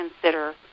consider